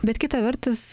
bet kita vertus